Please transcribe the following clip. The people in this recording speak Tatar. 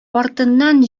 артыннан